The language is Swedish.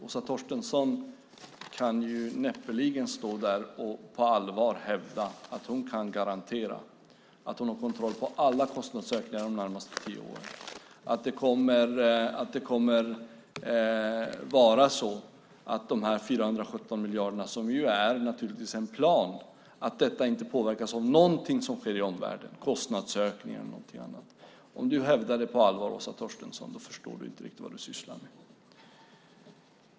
Åsa Torstensson kan näppeligen på allvar hävda att hon kan garantera att hon har kontroll över alla kostnadsökningar de närmaste tio åren, att de 417 miljarderna, som naturligtvis är en plan, inte påverkas av någonting som sker i omvärlden, inte av kostnadsökningar eller någonting annat. Om du hävdar det på allvar, Åsa Torstensson, förstår du inte riktigt vad du sysslar med.